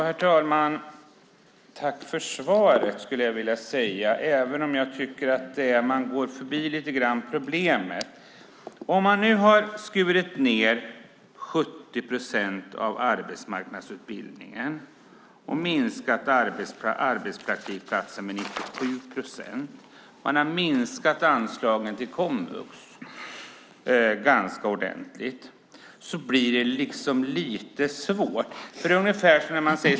Herr talman! Tack för svaret, även om jag tycker att man lite grann går förbi problemet! Om man nu har skurit ned 70 procent av arbetsmarknadsutbildningen, minskat arbetspraktikplatser med 97 procent och minskat anslagen till komvux ganska ordentligt blir det lite svårt.